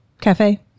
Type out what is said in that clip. Cafe